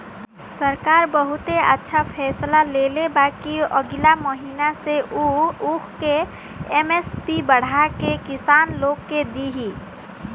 सरकार बहुते अच्छा फैसला लेले बा कि अगिला महीना से उ ऊख के एम.एस.पी बढ़ा के किसान लोग के दिही